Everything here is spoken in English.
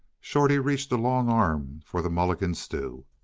shorty reached a long arm for the mulligan stew.